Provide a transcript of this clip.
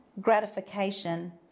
gratification